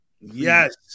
Yes